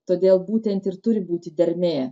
todėl būtent ir turi būti dermė